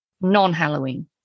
non-Halloween